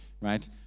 right